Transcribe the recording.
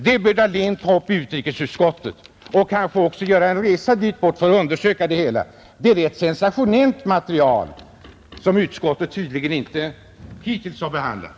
Det bör herr Dahlén ta upp i utrikesutskottet, och kanske bör han också göra en resa dit bort för att undersöka det hela. Det är ett rätt sensationellt material som utskottet tydligen hittills inte behandlat.